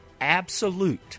absolute